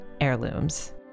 heirlooms